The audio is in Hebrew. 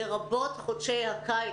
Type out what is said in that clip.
לרבות חודשי הקיץ.